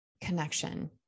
connection